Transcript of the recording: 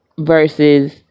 Versus